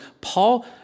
Paul